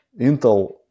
Intel